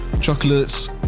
chocolates